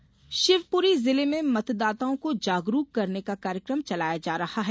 जागरूकता शिविर शिवपुरी जिले में मतदाताओं को जागरूक करने का कार्यक्रम चलाया जा रहा है